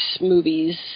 movies